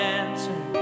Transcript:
answer